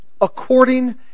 according